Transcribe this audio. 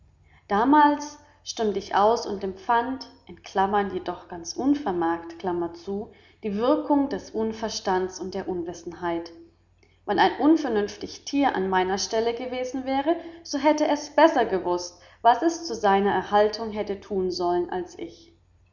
damals stund ich aus und empfand jedoch ganz unvermerkt die würkung des unverstands und der unwissenheit wann ein unvernünftig tier an meiner stelle gewesen wäre so hätte es besser gewußt was es zu seiner erhaltung hätte tun sollen als ich